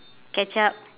ketchup